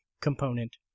component